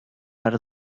per